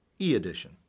E-Edition